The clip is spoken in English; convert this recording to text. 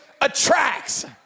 attracts